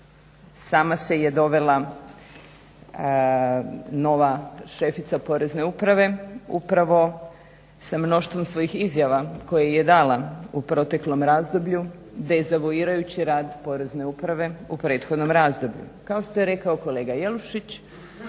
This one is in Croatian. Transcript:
sama se je dovela nova šefica porezne uprave upravo sa mnoštvom svojih izjava koje je dala u proteklom razdoblju dezavuirajući rad Porezne uprave u prethodnom razdoblju. Kao što je rekao kolega Jelušić